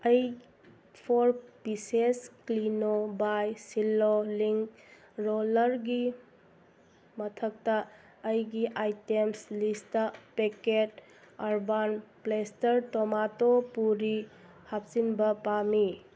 ꯑꯩ four pieces ꯀ꯭ꯂꯤꯅꯣ ꯕꯥꯏ ꯁꯤꯜꯂꯣ ꯂꯤꯡ ꯔꯣꯂꯔꯒꯤ ꯃꯊꯛꯇ ꯑꯩꯒꯤ ꯑꯥꯏꯇꯦꯝꯁ ꯂꯤꯁꯇ ꯄꯦꯛꯀꯦꯠ ꯑꯥꯔꯕꯥꯟ ꯄ꯭ꯂꯦꯁꯇꯔ ꯇꯣꯃꯥꯇꯣ ꯄꯨꯔꯤ ꯍꯥꯞꯆꯤꯟꯕ ꯄꯥꯝꯃꯤ